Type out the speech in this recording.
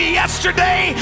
yesterday